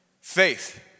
faith